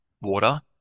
water